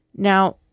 Now